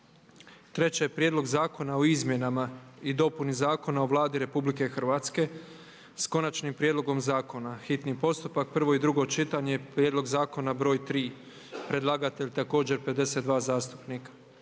br. 2; - Prijedlog zakona o izmjenama i dopuni Zakona o Vladi Republike Hrvatske sa Konačnim prijedlogom Zakona, hitni postupak, prvo i drugo čitanje, P.Z. br. 3. - Prijedlog zakona o izmjenama